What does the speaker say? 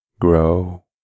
grow